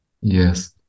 Yes